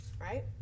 Right